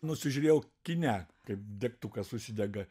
nusižiūrėjau kine kaip degtukas užsidega